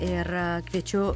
ir kviečiu